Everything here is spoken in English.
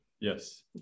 Yes